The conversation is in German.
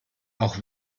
auch